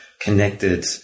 connected